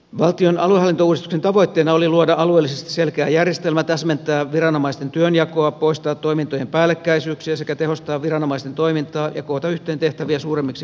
valtion aluehallintouudistuksen tavoitteena oli luoda alueellisesti selkeä järjestelmä täsmentää viranomaisten työnjakoa poistaa toimintojen päällekkäisyyksiä sekä tehostaa viranomaisten toimintaa ja koota yhteen tehtäviä suuremmiksi kokonaisuuksiksi